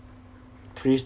please